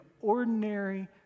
ordinary